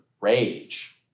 rage